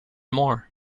more